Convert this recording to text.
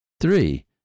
three